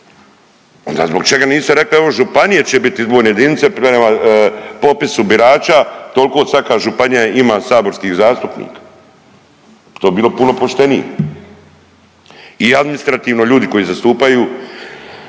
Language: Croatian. zbog čega niste rekli evo županije će biti izborne jedinice prema popisu tolko svaka županija ima saborskih zastupnik, to bi bilo puno poštenije i administrativno ljudi koji zastupaju